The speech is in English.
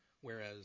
Whereas